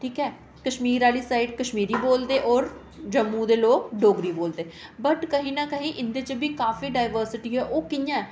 ठीक ऐ कश्मीर आह्ली साइड कश्मीरी बोलदे होर जम्मू दे लोक डोगरी बोलदे बट कहीं ना कहीं इं'दे च बी काफी डाइवर्सिटी ऐ ओह् कि'यां ऐ